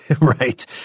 Right